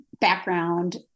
background